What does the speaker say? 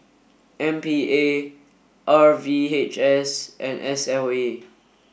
M P A R V H S and S L A